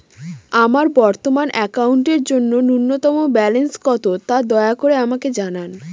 আমার বর্তমান অ্যাকাউন্টের জন্য ন্যূনতম ব্যালেন্স কত, তা দয়া করে আমাকে জানান